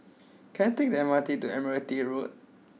can I take the M R T to Admiralty Road